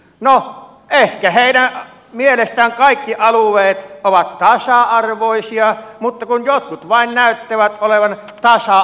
no ehkä heidän mielestään kaikki alueet ovat tasa arvoisia mutta kun jotkut vain näyttävät olevan tasa arvoisempia kuin toiset